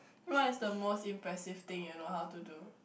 what is the most impressive thing you know how to do